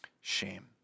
shame